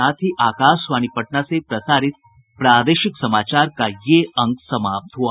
इसके साथ ही आकाशवाणी पटना से प्रसारित प्रादेशिक समाचार का ये अंक समाप्त हुआ